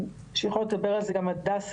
שיכולות לדבר על זה גם הדס,